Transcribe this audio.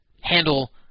handle